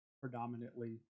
predominantly